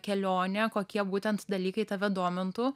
kelionė kokie būtent dalykai tave domintų